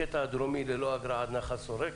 הקטע הדרומי ללא אגרה עד נחל שורק,